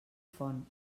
font